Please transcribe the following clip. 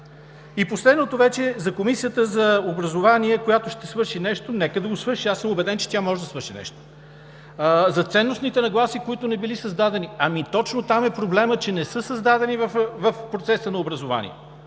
Последното вече е за Комисията по образование, която ще свърши нещо. Нека да го свърши, аз съм убеден, че тя може да свърши нещо. За ценностните нагласи, които не били създадени, точно там е проблемът – че не са създадени в процеса на образование.